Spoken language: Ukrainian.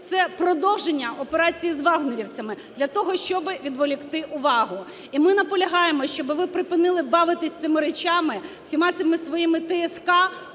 це продовження операції з "вагнерівцями" для того, щоб відволікти увагу. І ми наполягаємо, щоби ви припинили бавитися цими речами, всіма цими своїми ТСК